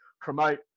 promote